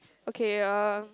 okay uh